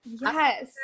Yes